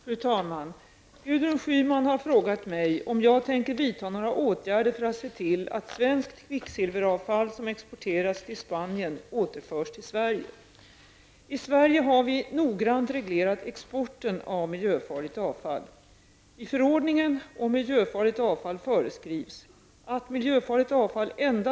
Fru talman! Gudrun Schyman har frågat mig om jag tänker vidta några åtgärder för att se till att svenskt kvicksilveravfall som exporterats till I Sverige har vi noggrant reglerat exporten av miljöfarligt avfall.